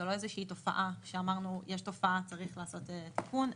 זאת לא תופעה שאמרנו: יש תופעה וצריך לעשות תיקון,